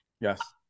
yes